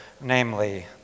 namely